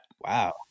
Wow